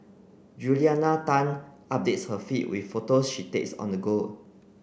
Juliana Tan updates her feed with photos she takes on the go